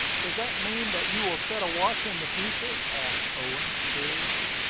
does that mean that you will set a watch in the future? asked owen, seriously.